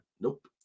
Nope